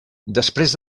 després